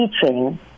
teaching